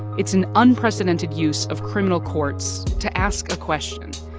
it's an unprecedented use of criminal courts to ask a question.